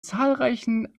zahlreichen